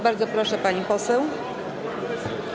Bardzo proszę, pani poseł.